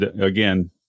Again